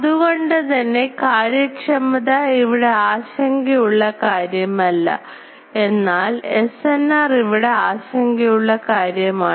അതുകൊണ്ടുതന്നെ കാര്യക്ഷമത ഇവിടെ ആശങ്കയുള്ള കാര്യമല്ല എന്നാൽ SNR ഇവിടെ ആശങ്കയുള്ള കാര്യമാണ്